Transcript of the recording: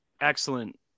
excellent